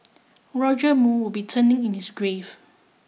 Roger Moore would be turning in his grave